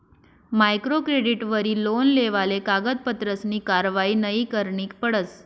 micro क्रेडिटवरी loan लेवाले कागदपत्रसनी कारवायी नयी करणी पडस